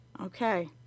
Okay